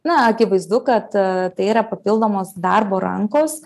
na akivaizdu kad tai yra papildomos darbo rankos